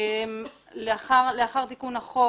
לאחר תיקון החוק